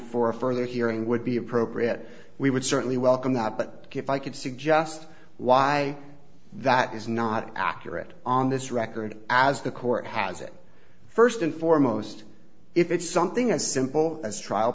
a further hearing would be appropriate we would certainly welcome that but if i could suggest why that is not accurate on this record as the court has it first and foremost if it's something as simple as trial